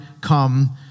come